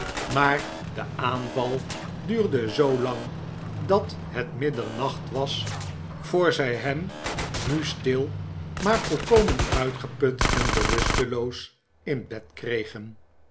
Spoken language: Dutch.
maar de aanval duurde zoolang dat het middernacht was voor zij hem nu stil maar volkomen uitgeput en bewusteloos in bed kregen